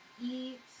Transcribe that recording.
eat